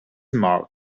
mark